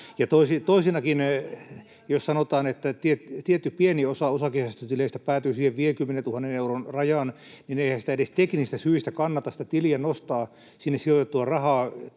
toisekseen, jos sanotaan, että tietty pieni osa osakesäästötileistä päätyy siihen 50 000 euron rajaan, niin eihän sinne tilille sijoitettua rahaa